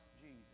Jesus